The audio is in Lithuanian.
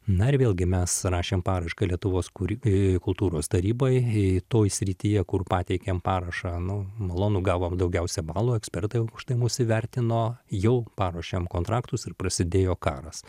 na ir vėlgi mes rašėm paraišką lietuvos kuri kultūros tarybai toj srityje kur pateikėm parašą nu malonu gavom daugiausia balų ekspertai aukštai mus įvertino jau paruošėm kontraktus ir prasidėjo karas